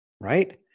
Right